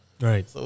Right